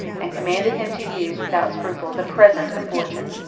and commanded him to use, without scruple, the present of fortune.